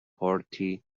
poetry